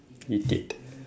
idiot